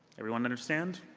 everyone understand?